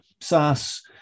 SaaS